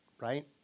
right